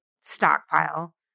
stockpile